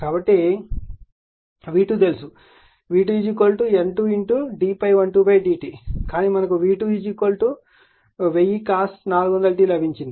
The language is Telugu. కాబట్టి అంటే మనకు v2 తెలుసు N 2 d ∅12 d t కానీ మనకు v2 1000 cos 400t లభించింది